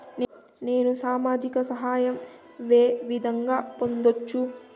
నేను సామాజిక సహాయం వే విధంగా పొందొచ్చు?